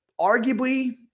arguably